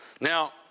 Now